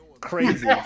crazy